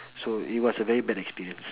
so it was very bad experience